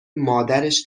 مادرش